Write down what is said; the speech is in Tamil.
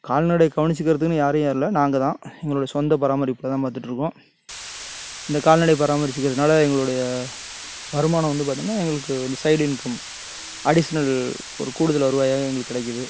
கால்நடையை கவனிச்சிக்கிறதுக்குன்னு யாரையும் அல்ல நாங்கள் தான் எங்களோடைய சொந்த பராமரிப்பில் தான் பார்த்துட்டு இருக்கோம் இந்த கால்நடை பராமரிச்சிக்குறதுனால எங்களுடைய வருமானம் வந்து பார்த்திங்கன்னா எங்களுக்கு இந்த சைடு இன்கம் அடிஷ்னல் ஒரு கூடுதல் வருவாயாக எங்களுக்கு கிடைக்குது